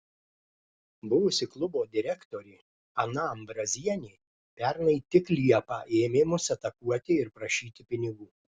buvusi klubo direktorė ana ambrazienė pernai tik liepą ėmė mus atakuoti ir prašyti pinigų